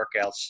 workouts